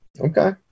Okay